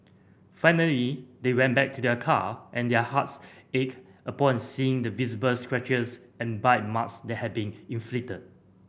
finally they went back to their car and their hearts ached upon seeing the visible scratches and bite marks that had been inflicted